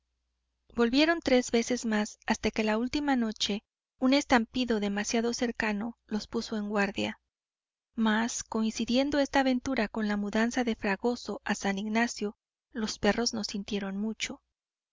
volvieron tres veces más hasta que la última noche un estampido demasiado cercano los puso en guardia mas coincidiendo esta aventura con la mudanza de fragoso a san ignacio los perros no sintieron mucho